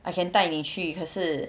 I can 带你去可是